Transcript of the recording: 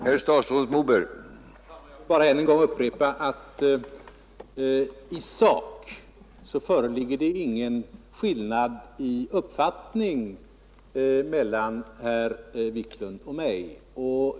Herr talman! Jag vill än en gång upprepa att i sak föreligger ingen skillnad i uppfattning mellan herr Wiklund i Härnösand och mig.